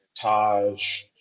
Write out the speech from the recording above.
Taj